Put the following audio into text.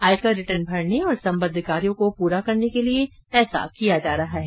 आयकर रिटर्न भरने और सम्बद्ध कायों को पूरा करने के लिए ऐसा किया जा रहा है